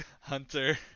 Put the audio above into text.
Hunter